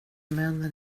männen